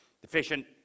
Deficient